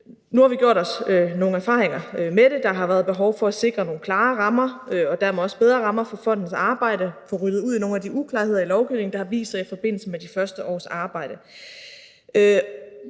nu har vi gjort os nogle erfaringer med det; der har været behov for at sikre nogle klare rammer og dermed også bedre rammer for fondens arbejde, at få ryddet ud i nogle af de uklarheder i lovgivningen, der har vist sig i forbindelse med de første års arbejde.